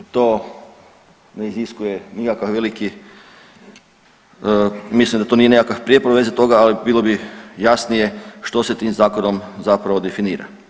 To ne iziskuje nikakav veliki, mislim da to nije nekakav prijepor u vezi toga, ali bilo bi jasnije što se tim zakonom zapravo definira.